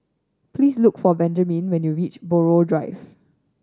please look for Benjamin when you reach Buroh Drive